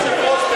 אדוני היושב-ראש,